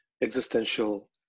existential